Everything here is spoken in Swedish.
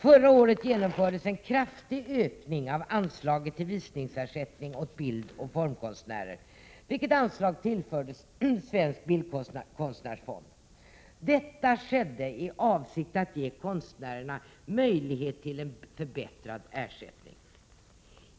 Förra året genomfördes en kraftig ökning av anslaget till visningsersättning åt bildoch formkonstnärer, vilket anslag tillförs Sveriges bildkonstnärsfond. Detta skedde i avsikt att ge konstnärerna möjlighet till förbättrad ersättning.